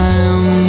Time